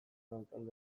profesional